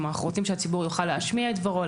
כלומר אנחנו רוצים שהציבור יוכל להשמיע את דברו,